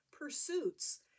pursuits